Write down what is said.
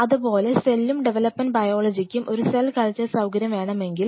അതുപോലെ സെല്ലും ഡെവലപ്മെന്റ് ബയോളജിക്കും ഒരു സെൽ കൾച്ചർ സൌകര്യം വേണമെങ്കിൽ